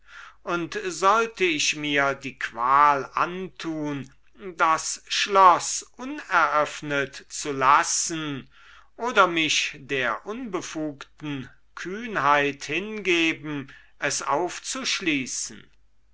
und sollte ich mir die qual antun das schloß uneröffnet zu lassen oder mich der unbefugten kühnheit hingeben es aufzuschließen